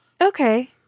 Okay